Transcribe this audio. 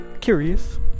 curious